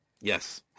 Yes